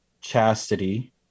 chastity